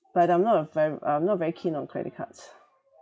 but I'm not a ver~ I'm not very keen on credit cards